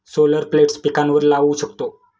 solar plates पिकांवर लाऊ शकतो